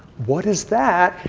what is that?